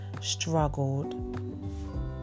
struggled